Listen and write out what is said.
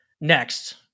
Next